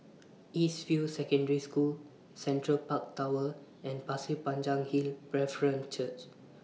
East View Secondary School Central Park Tower and Pasir Panjang Hill Brethren Church